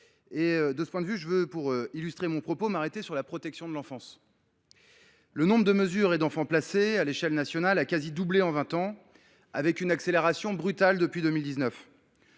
De ce point de vue, je veux, pour illustrer mon propos, m’arrêter sur la protection de l’enfance. Le nombre des mesures engagées au titre des enfants placés à l’échelle nationale a quasi doublé en vingt ans, avec une accélération brutale depuis 2019.